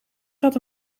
gaat